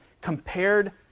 Compared